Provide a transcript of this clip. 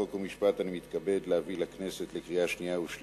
חוק ומשפט אני מתכבד להביא לכנסת לקריאה שנייה ושלישית,